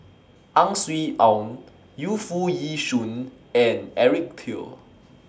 Ang Swee Aun Yu Foo Yee Shoon and Eric Teo